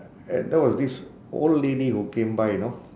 and there was this old lady who came by you know